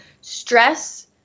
stress